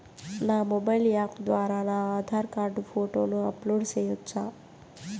నా mobile app ద్వారా నా ఆధార్ కార్డు ఫోటోను అప్లోడ్ సేయొచ్చా?